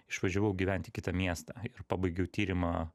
išvažiavau gyvent į kitą miestą ir pabaigiau tyrimą